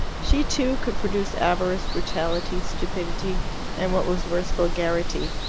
she, too, could produce avarice, brutality, stupidity and, what was worse, vulgarity.